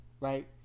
right